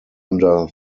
under